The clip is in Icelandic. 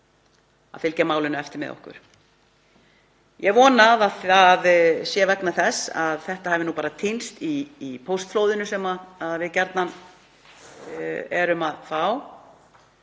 að fylgja málinu eftir með okkur. Ég vona að það sé vegna þess að þetta hafi nú bara týnst í póstflóðinu sem við gjarnan erum að fá.